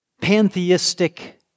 pantheistic